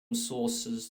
sources